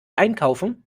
einkaufen